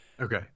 Okay